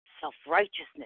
self-righteousness